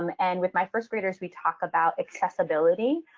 um and with my first graders, we talk about accessibility